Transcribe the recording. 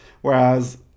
whereas